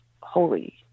holy